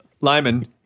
Lyman